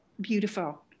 beautiful